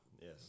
yes